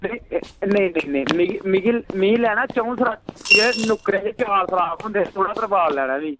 नेईं नेईं नेईं नेईं मिगी मिगी मिगी लैना च'ऊं नुक्करै ई चार सराख होंदे ओह् तरपाल लैना में